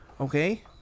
okay